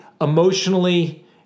emotionally